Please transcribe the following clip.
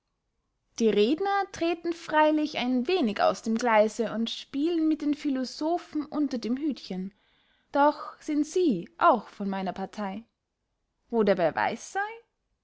die redner treten freilich ein wenig aus dem gleise und spielen mit den philosophen unter dem hütchen doch sind sie auch von meiner parthey wo der beweis sey